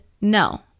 No